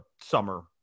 summer